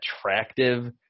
attractive